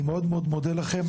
אני מאוד מאוד מודה לכם.